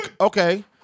okay